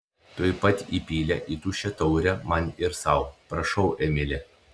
tuoj pat įpylė į tuščią taurę man ir sau prašau emili